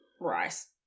rice